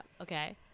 Okay